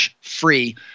free